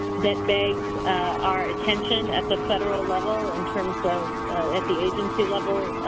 that begs our attention at the federal level in terms of at the agency level.